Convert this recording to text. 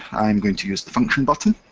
i'm going to use the function button,